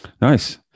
nice